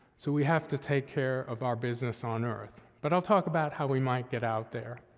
so we have to take care of our business on earth, but i'll talk about how we might get out there.